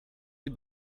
sie